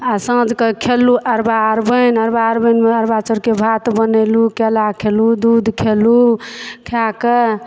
आओर साँझ कऽ खेलु अरबा अरबाइन अरबा अरबाइनमे अरबा चाउरके भात बनेलहुँ कयला खेलहुँ दूध खेलहुँ खा कऽ